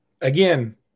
again